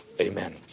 Amen